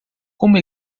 como